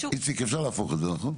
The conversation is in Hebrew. איציק, אפשר להפוך את זה, נכון?